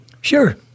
Sure